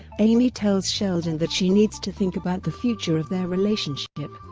amy tells sheldon that she needs to think about the future of their relationship,